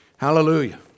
Hallelujah